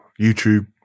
YouTube